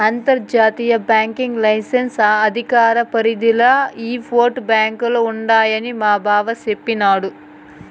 అంతర్జాతీయ banking licence అధికార పరిదిల ఈ ఆప్షోర్ బాంకీలు ఉండాయని మాబావ సెప్పిన్నాడు